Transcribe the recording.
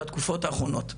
בתקופות האחרונות,